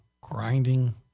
Grinding